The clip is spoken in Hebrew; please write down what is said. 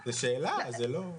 לא,